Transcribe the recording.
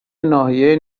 ناحیه